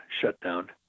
shutdown